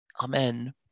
Amen